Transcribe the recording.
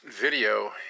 video